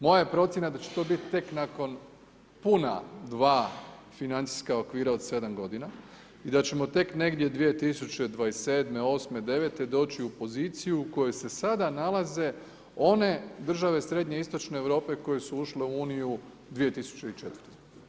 Moja je procjena da će to biti tek nakon puna 2 financijska okvira od 7 godina i da ćemo tek negdje 2027.,28.,29., doći u poziciju u kojoj se sada nalaze one države srednjoistočne Europe koje su ušle u EU 2004.